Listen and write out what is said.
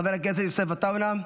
חבר הכנסת יוסף עטאונה,